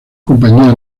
compañía